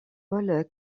ball